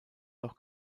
noch